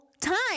time